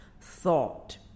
thought